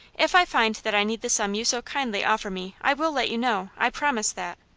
if i find that i need the sum you so kindly offer me, i will let you know, i promise that.